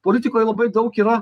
politikoj labai daug yra